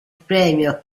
premio